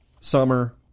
summer